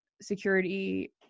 security